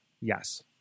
Yes